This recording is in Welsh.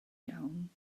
iawn